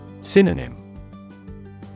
Synonym